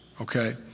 okay